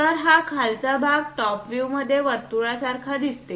तर हा खालचा भाग टॉप व्ह्यूमध्ये वर्तुळासारखे दिसते